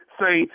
say